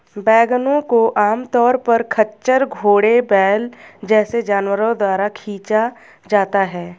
वैगनों को आमतौर पर खच्चर, घोड़े, बैल जैसे जानवरों द्वारा खींचा जाता है